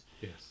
Yes